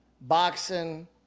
boxing